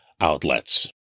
outlets